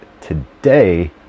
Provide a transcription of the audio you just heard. today